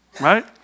right